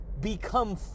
become